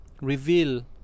reveal